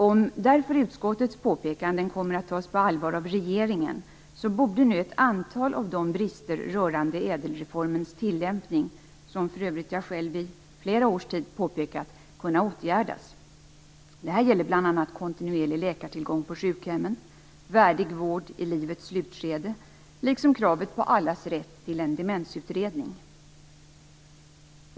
Om därför utskottets påpekanden kommer att tas på allvar av regeringen borde nu ett antal av de brister rörande ädelreformens tillämpning, som för övrigt jag själv i flera års tid har påpekat, kunna åtgärdas. Detta gäller bl.a. kontinuerlig läkartillgång på sjukhemmen, värdig vård i livets slutskede liksom kravet på allas rätt till en demensutredning.